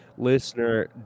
Listener